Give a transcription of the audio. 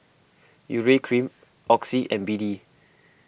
Urea Cream Oxy and B D